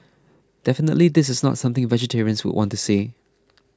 definitely this is not something vegetarians would want to see